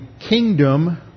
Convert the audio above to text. kingdom